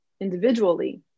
individually